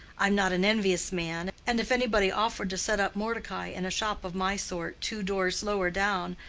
i'm not an envious man, and if anybody offered to set up mordecai in a shop of my sort two doors lower down,